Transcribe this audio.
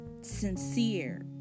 sincere